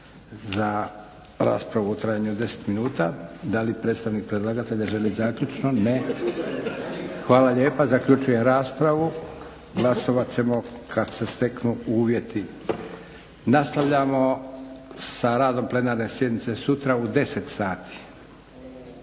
za raspravu o trajanju od deset minuta. Da li predstavnik predlagatelja želi zaključno? Ne. Hvala lijepa. Zaključujem raspravu. Glasovat ćemo kad se steknu uvjeti. Nastavljamo sa radom plenarne sjednice sutra u 10 sati.